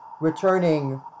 returning